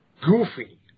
goofy